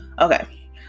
Okay